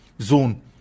zone